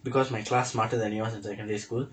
because my class smarter than yours in secondary school